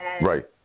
Right